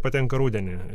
patenka rudenį